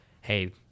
hey